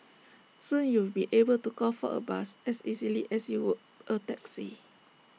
soon you'll be able to call for A bus as easily as you would A taxi